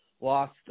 lost